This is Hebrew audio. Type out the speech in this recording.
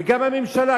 וגם הממשלה,